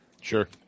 Sure